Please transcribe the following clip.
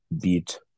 beat